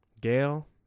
Gail